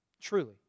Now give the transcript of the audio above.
Truly